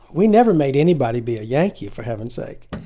we never made anybody be a yankee for heaven's sake.